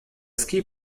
ski